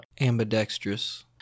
ambidextrous